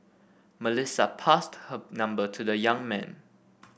Melissa passed her number to the young man